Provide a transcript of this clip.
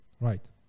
Right